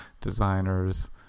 designers